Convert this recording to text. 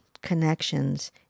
connections